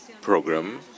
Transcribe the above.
program